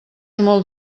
molt